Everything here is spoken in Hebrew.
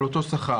על אותו שכר.